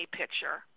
picture